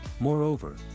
Moreover